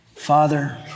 Father